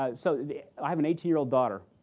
um so i have an eighteen year old daughter.